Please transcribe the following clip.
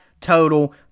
total